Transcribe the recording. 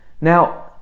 now